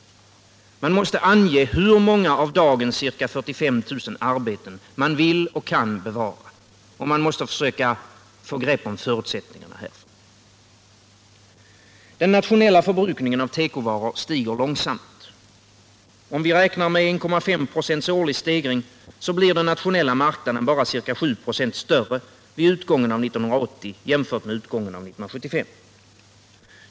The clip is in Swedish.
Det är nödvändigt att ange hur många av dagens ca 45 000 arbeten man vill och kan bevara, och man måste försöka få grepp om förutsättningarna 133 härför. Den nationella förbrukningen av tekovaror stiger långsamt. Om vi räknar med 1,5 procents årlig stegring, blir den nationella marknaden bara ca 7 procent större vid utgången av 1980, jämfört med vid utgången av 1975.